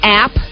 app